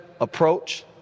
approach